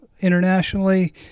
internationally